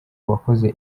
wakoze